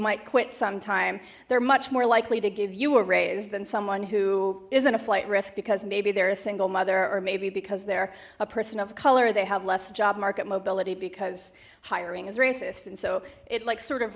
might quit some time they're much more likely to give you a raise than someone who isn't a flight risk because maybe they're a single mother or maybe because they're a person of color they have less job market mobility because hiring is racist and so it like sort of